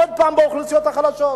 עוד פעם באוכלוסיות החלשות,